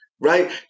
right